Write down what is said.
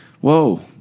whoa